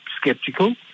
skeptical